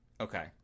Okay